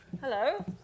Hello